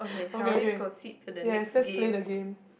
okay okay yes let's play the game